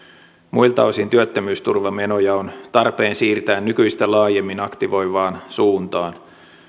muilta osin työttömyysturvamenoja on tarpeen siirtää nykyistä laajemmin aktivoivaan suuntaan